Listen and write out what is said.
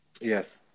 yes